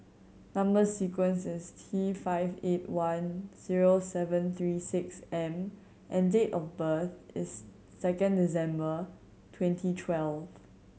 number sequence is T five eight one zero seven three six M and date of birth is second December twenty twelve